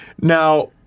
Now